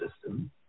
system